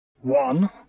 One